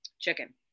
chicken